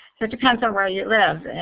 so it depends on where you live.